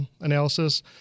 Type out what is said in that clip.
analysis